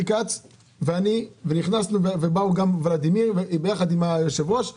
כץ ובאו גם ולדימיר ביחד עם היושב ראש ואמרנו,